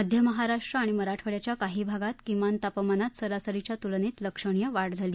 मध्य महाराष्ट्र आणि मराठावाड्याच्या काही भागात किमान तापमानात सरसरीच्या तुलनेत लक्षणीय वाढ झाली